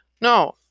no